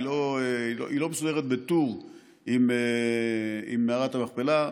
היא לא מסודרת בטור עם מערת המכפלה.